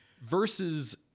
versus